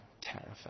terrified